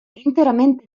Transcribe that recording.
interamente